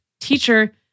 teacher